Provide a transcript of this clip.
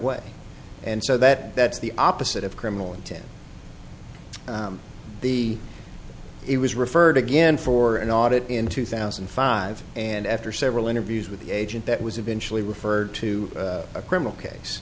way and so that that's the opposite of criminal intent the it was referred again for an audit in two thousand and five and after several interviews with the agent that was eventually referred to a criminal case